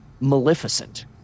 Maleficent